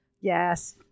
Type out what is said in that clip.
Yes